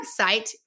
website